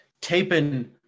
taping